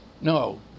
No